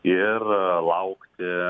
ir laukti